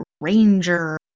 ranger